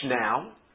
now